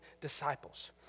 disciples